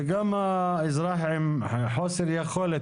וגם אזרח עם חוסר יכולת,